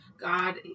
God